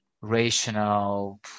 rational